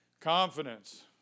confidence